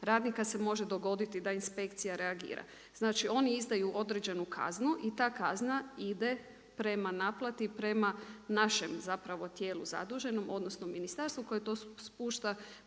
radnika se može dogoditi da inspekcija reagira. Znači oni izdaju određenu kaznu i ta kazna ide prema naplati, prema našem tijelu zaduženom odnosno ministarstvu koje to spušta